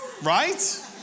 Right